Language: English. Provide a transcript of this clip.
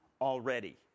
already